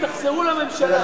הפריימריז, תחזרו לממשלה.